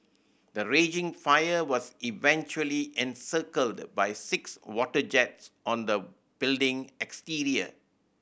the raging fire was eventually encircled by six water jets on the building exterior